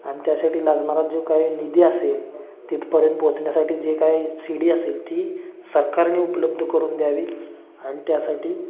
आणि त्यासाठी लागणारा जो काही निधी असेल तिथपर्यंत पोहोचण्यासाठी जे काय शिडी असेल ती सरकारने उपलब्ध करून द्यावी आणि त्यासाठी